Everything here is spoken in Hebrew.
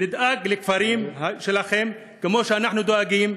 ונדאג לכפרים שלכם כמו שאנחנו דואגים